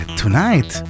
tonight